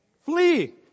Flee